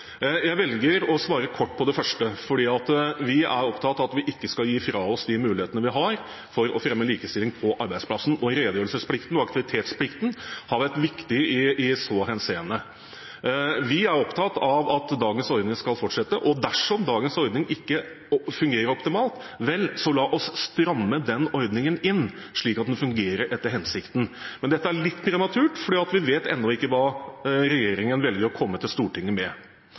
Jeg velger å svare kort på det første: Vi er opptatt av at vi ikke skal gi fra oss de mulighetene vi har for å fremme likestilling på arbeidsplassen, og redegjørelsesplikten og aktivitetsplikten har vært viktige i så henseende. Vi er opptatt av at dagens ordning skal fortsette, og dersom dagens ordning ikke fungerer optimalt, så la oss stramme inn ordningen, slik at den fungerer etter hensikten. Men dette er litt prematurt, for vi vet ennå ikke hva regjeringen velger å komme til Stortinget med.